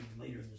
later